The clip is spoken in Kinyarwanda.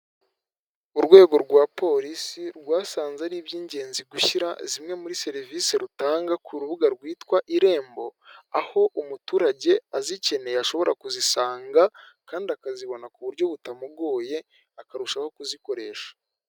Urwego rwa polisi rwasanze ari ibyingenzi gushyira zimwe muri serivisi rutanga ku rubuga rwitwa irembo, aho umuturage azikeneye ashobora kuzisanga kandi akazibona ku buryo butamugoye akarushaho kuzikoresha.